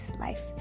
Life